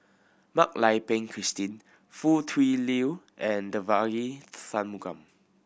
Mak Lai Peng Christine Foo Tui Liew and Devagi Sanmugam